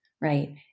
Right